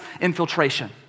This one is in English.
infiltration